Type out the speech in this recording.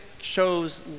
shows